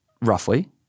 Roughly